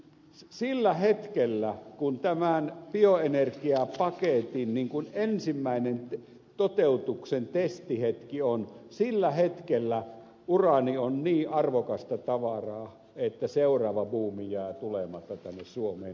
sillä hetkellä kun tämän bioenergiapaketin toteutuksen ensimmäinen testihetki on uraani on niin arvokasta tavaraa että seuraava buumi jää tulematta tänne suomeen näin veikkaan